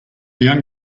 young